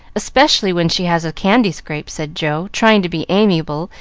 especially when she has a candy-scrape, said joe, trying to be amiable,